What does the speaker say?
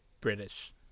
British